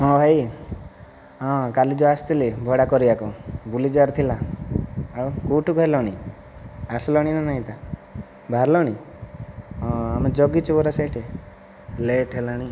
ହଁ ଭାଇ ହଁ କାଲି ଯେଉଁ ଆସିଥିଲି ଭଡ଼ା କରିବାକୁ ବୁଲିଯିବାର ଥିଲା ଆଉ କେଉଁଠିକୁ ହେଲଣି ଆସିଲଣି ନା ନାଇଁ ତ ବାହାରିଲଣି ହଁ ଆମେ ଜଗିଛୁ ପରା ସେଠି ଲେଟ୍ ହେଲାଣି